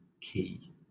key